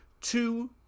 two